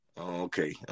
Okay